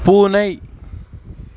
பூனை